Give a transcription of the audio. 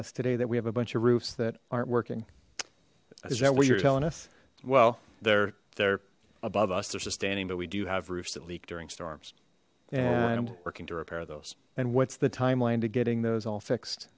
us today that we have a bunch of roofs that aren't working is that what you're telling us well they're there above us they're sustaining but we do have roofs that leak during storms and working to repair those and what's the timeline to getting those all fixed